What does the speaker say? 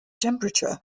temperature